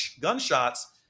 gunshots